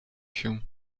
się